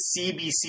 CBC